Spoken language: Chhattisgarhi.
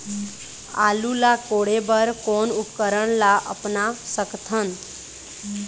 आलू ला कोड़े बर कोन उपकरण ला अपना सकथन?